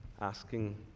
asking